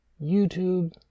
YouTube